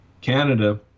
Canada